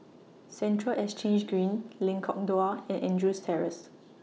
Central Exchange Green Lengkok Dua and Andrews Terrace